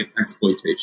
exploitation